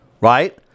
right